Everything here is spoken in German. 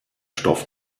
stoff